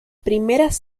primeras